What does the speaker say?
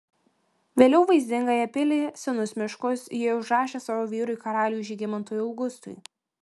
vėliau vaizdingąją pilį senus miškus ji užrašė savo vyrui karaliui žygimantui augustui